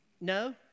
No